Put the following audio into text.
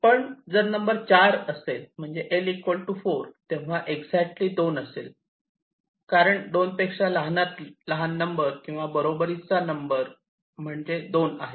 पण जर नंबर 4 असेल म्हणजे L 4 तेव्हा एक्जेक्टली 2 असेल कारण 2 पेक्षा लहानात लहान नंबर किंवा बरोबरीचा नंबर म्हणजे 2 आहे